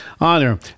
honor